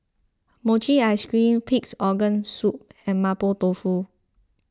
Mochi Ice Cream Pig's Organ Soup and Mapo Tofu